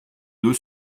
deux